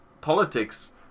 politics